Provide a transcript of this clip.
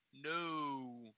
no